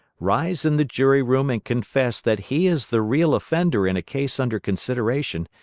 rise in the jury-room and confess that he is the real offender in a case under consideration,